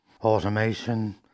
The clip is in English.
automation